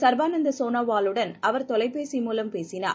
சர்பானந்தாசோனோவாலுடன் அவர் தொலைபேசி மூலம் பேசினார்